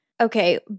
Okay